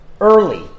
early